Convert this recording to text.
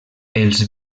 els